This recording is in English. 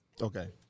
Okay